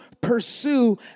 pursue